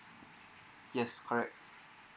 yes correct